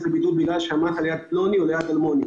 לבידוד בגלל שהוא עמד ליד פלוני או ליד אלמוני,